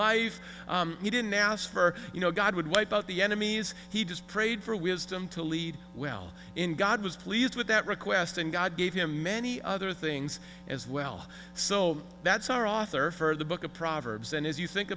life he didn't ask for you know god would wipe out the enemies he just prayed for wisdom to lead well in god was pleased with that request and god gave him many other things as well so that's our author for the book of proverbs and as you think